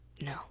no